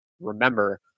remember